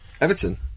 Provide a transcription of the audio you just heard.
Everton